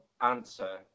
answer